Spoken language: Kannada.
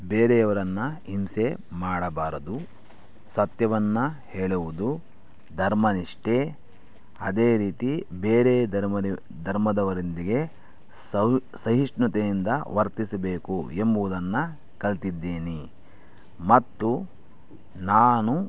ಬೇರೆಯವರನ್ನು ಹಿಂಸೆ ಮಾಡಬಾರದು ಸತ್ಯವನ್ನು ಹೇಳುವುದು ಧರ್ಮನಿಷ್ಠೆ ಅದೇ ರೀತಿ ಬೇರೆ ಧರ್ಮದವರೊಂದಿಗೆ ಸೌ ಸಹಿಷ್ಣುತೆಯಿಂದ ವರ್ತಿಸಬೇಕು ಎಂಬುವುದನ್ನು ಕಲಿತಿದ್ದೇನೆ ಮತ್ತು ನಾನು